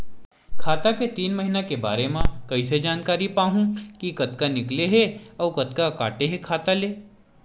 खाता के तीन महिना के बारे मा कइसे जानकारी पाहूं कि कतका निकले हे अउ कतका काटे हे खाता ले?